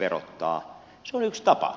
se on yksi tapa